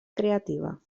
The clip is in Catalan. creativa